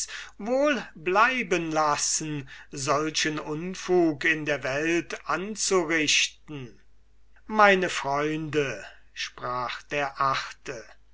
wohl bleiben lassen solchen unfug in der welt anzurichten meine freunde sprach der achte